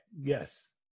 yes